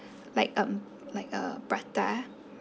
like um like a prata